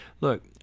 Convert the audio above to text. look